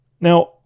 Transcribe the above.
Now